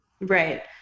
Right